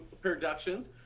Productions